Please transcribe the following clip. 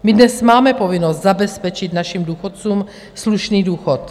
My dnes máme povinnost zabezpečit našim důchodcům slušný důchod.